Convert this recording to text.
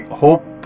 hope